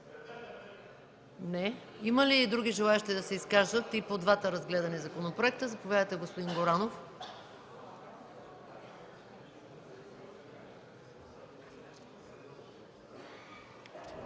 Не. Има ли други желаещи да се изкажат и по двата разглеждани законопроекта? Заповядайте, господин Горанов.